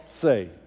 say